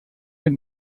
mit